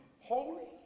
Holy